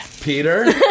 Peter